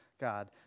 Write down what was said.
God